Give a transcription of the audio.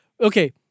Okay